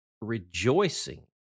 rejoicing